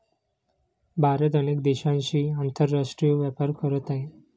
भारत अनेक देशांशी आंतरराष्ट्रीय व्यापार करत आहे